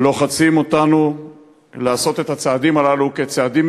לוחצים אותנו לעשות את הצעדים הללו כצעדים